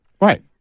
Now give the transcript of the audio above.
Right